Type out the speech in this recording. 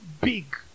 big